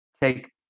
take